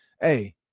Hey